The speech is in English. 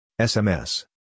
SMS